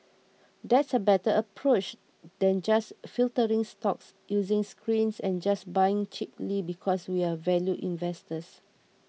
that's a better approach than just filtering stocks using screens and just buying cheaply because we're value investors